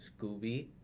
Scooby